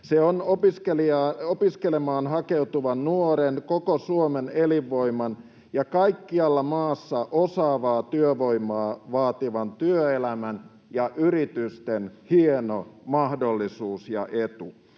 Se on opiskelemaan hakeutuvan nuoren, koko Suomen elinvoiman ja kaikkialla maassa osaavaa työvoimaa vaativan työelämän ja yritysten hieno mahdollisuus ja etu.